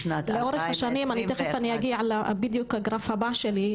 בשנת 2021. אני בדיוק מגיעה לגרף הבא שלי,